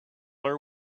her